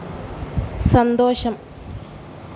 സന്തോഷം